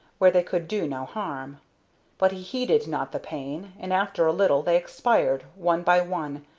where they could do no harm but he heeded not the pain, and after a little they expired, one by one,